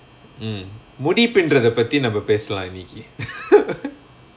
mm முடி பின்றதா பத்தி நம்ம பேசலா இன்னைக்கு:mudi pindratha pathi namma pesalaa innaikku